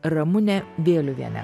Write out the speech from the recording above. ramune vėliuviene